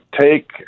take